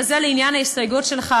וזה לעניין ההסתייגות שלך,